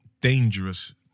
Dangerous